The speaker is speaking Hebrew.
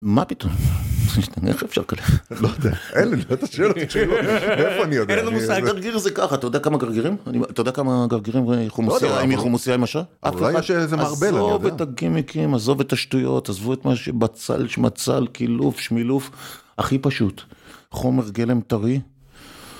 מה פתאום, איך אפשר כאלה, אין לי את השאלות, איפה אני יודע, גרגיר זה ככה אתה יודע כמה גרגירים, אתה יודע כמה גרגירים חומוסייה עם אשה, אזוב את הגימיקים, עזוב את השטויות, עזבו את מה שבצל, שמצל, קילוף, שמילוף, הכי פשוט, חומר גלם טרי.